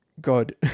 God